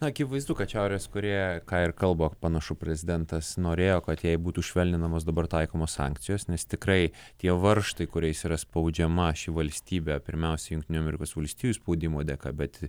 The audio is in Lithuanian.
akivaizdu kad šiaurės korėja ką ir kalba panašu prezidentas norėjo kad jei būtų švelninamos dabar taikomos sankcijos nes tikrai tie varžtai kuriais yra spaudžiama ši valstybė pirmiausia jungtinių amerikos valstijų spaudimo dėka bet